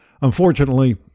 Unfortunately